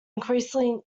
increasingly